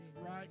right